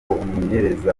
umumenyereza